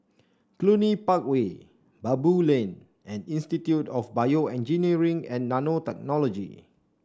Cluny Park Way Baboo Lane and Institute of BioEngineering and Nanotechnology